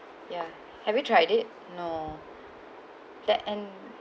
ya have you tried it no that and